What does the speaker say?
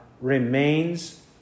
remains